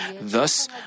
Thus